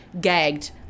gagged